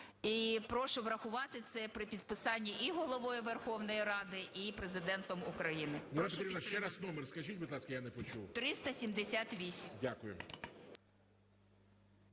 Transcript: І прошу врахувати це при підписанні, і Головою Верховної Ради, і Президентом України.